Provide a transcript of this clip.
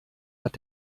hat